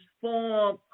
form